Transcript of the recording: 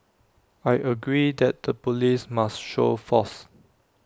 I agree that the Police must show force